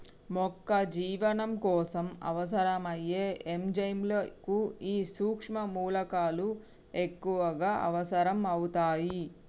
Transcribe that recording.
మొక్క జీవనం కోసం అవసరం అయ్యే ఎంజైముల కు ఈ సుక్ష్మ మూలకాలు ఎక్కువగా అవసరం అవుతాయి